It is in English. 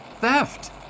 Theft